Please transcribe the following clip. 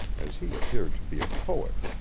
as he appeared to be a poet.